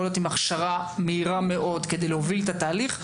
יכול להיות עם הכשרה מהירה מאוד כדי להוביל את התהליך.